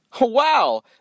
Wow